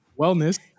Wellness